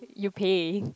you pay